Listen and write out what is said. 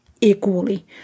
equally